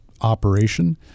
operation